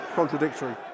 contradictory